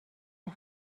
غلط